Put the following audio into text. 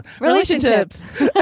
relationships